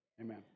Amen